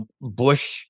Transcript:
Bush